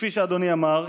כפי שאדוני אמר,